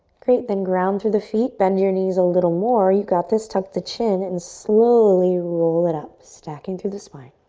great, then ground through the feet, bend your knees a little more, you've got this, tuck the chin and slowly roll it up, stacking through the spine.